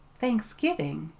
thanksgiving!